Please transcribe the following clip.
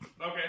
Okay